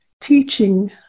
teaching